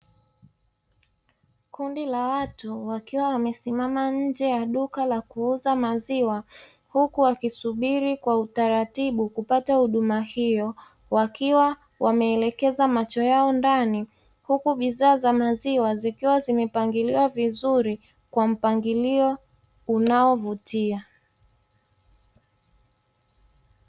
Kundi la watu wakiwa wamesimama nje ya duka la kuuza maziwa huku wakisubiri kwa utaratibu kupata huduma hiyo wakiwa wameelekeza macho yao ndani, huku bidhaa za maziwa zikiwa zimepangiliwa vizuri kwa mpangilio unaovutia.